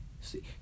See